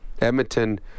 Edmonton